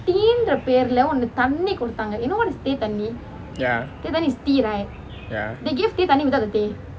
ya ya